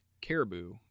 caribou